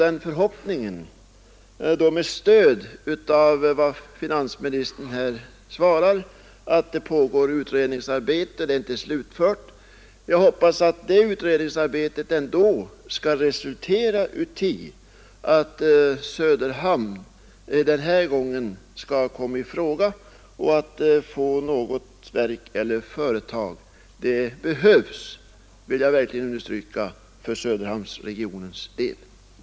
Eftersom finansministern har svarat att utredningsarbetet inte är slutfört, uttalar jag den förhoppningen att det ändå skall resultera i att Söderhamn denna gång skall komma i fråga för att få något verk eller företag. Det behövs, det vill jag verkligen understryka, för Söderhamnsregionens del.